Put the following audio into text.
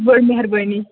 بٔڈ میٚہربٲنی